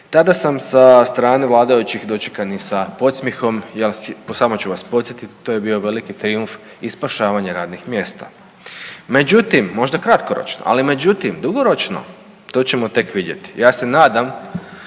tada sam sa strane vladajućih dočekan i sa podsmjehom. Ja samo ću vas podsjetiti to je veliki trijumf i spašavanje radnih mjesta. Međutim, možda kratkoročno, ali međutim dugoročno to ćemo tek vidjeti. Ja se nadam